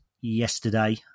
yesterday